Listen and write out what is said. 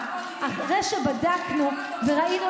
עודף רגולציה, עודף רגולציה.